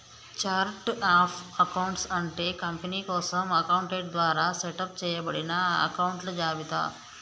chart of accounts అంటే company కోసం accountant ద్వారా సెటప్ చేయబడిన అకొంట్ల జాబితా